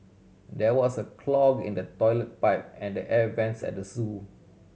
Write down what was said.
there was a clog in the toilet pipe and the air vents at the zoo